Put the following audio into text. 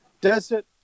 Desert